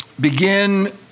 begin